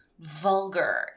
vulgar